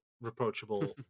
reproachable